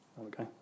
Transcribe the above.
okay